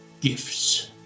gifts